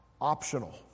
optional